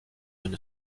une